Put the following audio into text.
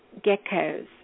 geckos